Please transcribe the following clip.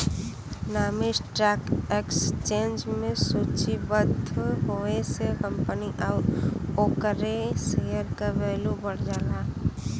नामी stock exchange में सूचीबद्ध होये से कंपनी आउर ओकरे शेयर क वैल्यू बढ़ जाला